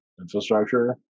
infrastructure